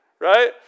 right